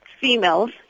females